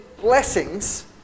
blessings